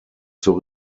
zur